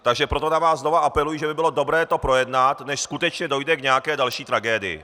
Takže proto na vás znovu apeluji, že by bylo dobré to projednat, než skutečně dojde k nějaké další tragédii.